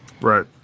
right